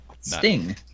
Sting